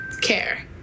Care